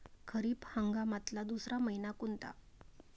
खरीप हंगामातला दुसरा मइना कोनता?